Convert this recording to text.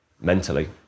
mentally